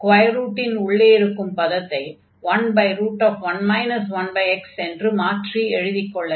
square ரூட்டின் உள்ளே இருக்கும் பதத்தை 11 1x என்று மாற்றி எழுதிக் கொள்ள வேண்டும்